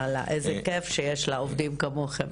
וואלה, איזה כייף לה שיש לה עובדים כמוכם.